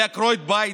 אלה עקרות בית,